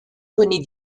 rené